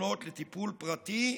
לפנות לטיפול פרטי,